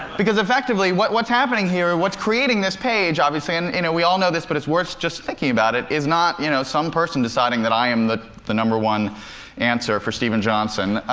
because effectively, what's happening here, what's creating this page, obviously and you know we all know this, but it's worth just thinking about it is not you know some person deciding that i am the the number one answer for steven johnson,